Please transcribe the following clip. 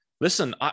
listen